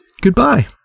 goodbye